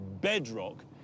bedrock